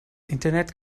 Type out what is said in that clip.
internet